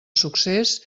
succés